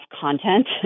content